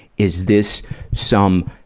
is this some